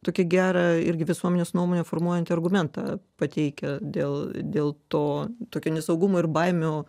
tokį gerą irgi visuomenės nuomonę formuojantį argumentą pateikę dėl dėl to tokio nesaugumo ir baimių